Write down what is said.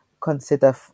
consider